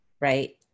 right